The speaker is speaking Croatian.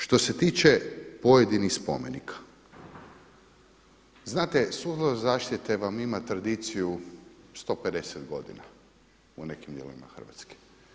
Što se tiče pojedinih spomenika, znate, … zaštite vam ima tradiciju 150 godina u nekim dijelovima Hrvatske.